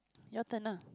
your turn ah